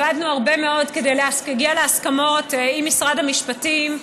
עבדנו הרבה מאוד כדי להגיע להסכמות עם משרד המשפטים,